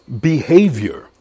behavior